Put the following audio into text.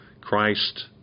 Christ